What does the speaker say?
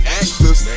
actors